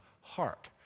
heart